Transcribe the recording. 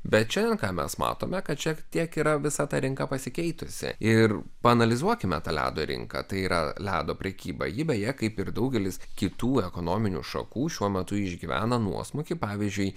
bet šiandien mes matome kad šiek tiek yra visa ta rinka pasikeitusi ir paanalizuokime tą ledo rinką tai yra ledo prekyba ji beje kaip ir daugelis kitų ekonominių šakų šiuo metu išgyvena nuosmukį pavyzdžiui